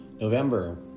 November